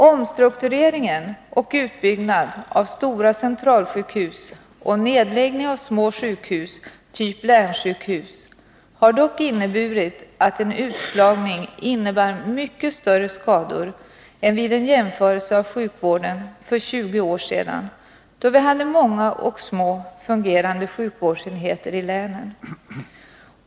Omstruktureringen och utbyggnaden av stora centralsjukhus och nedläggning av små sjukhus, typ länssjukhus, har dock inneburit att en utslagning medför mycket större skador än vid en jämförelse med sjukvården för 20 år sedan, då vi hade många små fungerande sjukvårdsenheter i länen.